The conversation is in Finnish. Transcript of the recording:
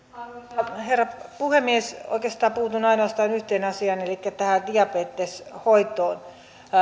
arvoisa herra puhemies oikeastaan puutun ainoastaan yhteen asiaan elikkä tähän diabeteshoitoon